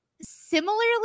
similarly